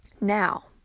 Now